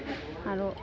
আৰু